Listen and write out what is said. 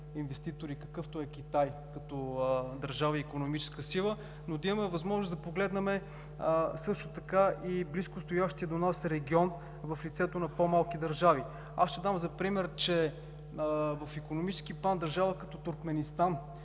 какъвто е Китай като държава и икономическа сила, но да имаме възможност да погледнем също така и близкостоящия до нас регион в лицето на по-малки държави. Аз ще дам за пример, че в икономически план държава като Туркменистан